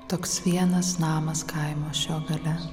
toks vienas namas kaimo šio gale